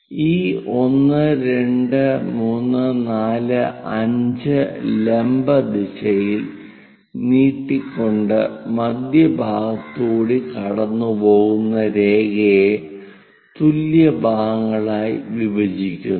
ഈ 1 2 3 4 5 ലംബ ദിശയിൽ നീട്ടിക്കൊണ്ട് മധ്യഭാഗത്തുകൂടി കടന്നുപോകുന്ന രേഖയെ തുല്യ ഭാഗങ്ങളായി വിഭജിക്കുന്നു